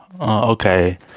Okay